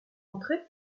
entrer